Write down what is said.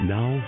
Now